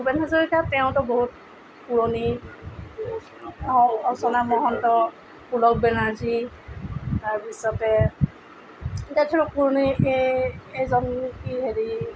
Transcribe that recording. ভূপেন হাজৰিকা তেওঁতো বহুত পুৰণি অৰ্চনা মহন্ত পুলক বেনাৰ্জি তাৰ পিছতে এতিয়া ধৰক পুৰণি এইজন কি হেৰি